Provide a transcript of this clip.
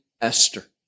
Esther